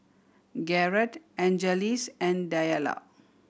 Garret Angeles and Diallo